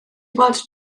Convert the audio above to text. weld